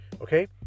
Okay